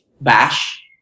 Bash